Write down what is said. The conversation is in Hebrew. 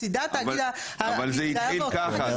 זה התחיל ככה.